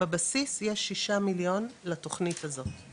בבסיס יש ששה מיליון לתוכנית הזאת,